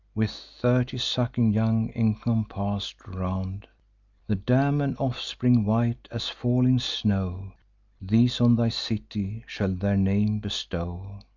with thirty sucking young encompass'd round the dam and offspring white as falling snow these on thy city shall their name bestow,